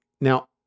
Now